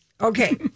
Okay